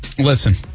Listen